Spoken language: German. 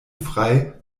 frei